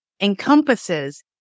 encompasses